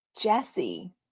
Jesse